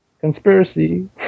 Conspiracy